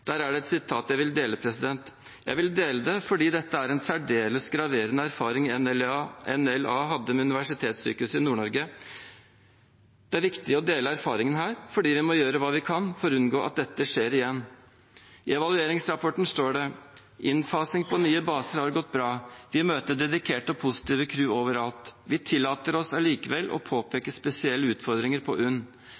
Der er det et sitat jeg vil dele. Jeg vil dele det fordi dette er en særdeles graverende erfaring NLA hadde med UNN, Universitetssykehuset Nord-Norge. Det er viktig å dele den erfaringen, for vi må gjøre det vi kan for å unngå at dette skjer igjen. I evalueringsrapporten står det: Innfasing på nye baser har gått bra. Vi møter dedikerte og positive crew overalt. Vi tillater oss allikevel å